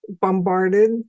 bombarded